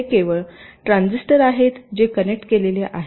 हे केवळ ट्रान्झिस्टर आहेत जे कनेक्ट केलेले आहेत